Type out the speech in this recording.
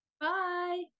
Bye